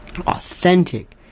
authentic